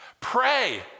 pray